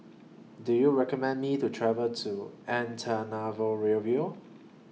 Do YOU recommend Me to travel to Antananarivo